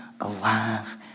alive